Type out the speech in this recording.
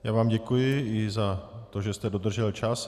Já vám děkuji i za to, že jste dodržel čas.